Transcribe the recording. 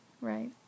right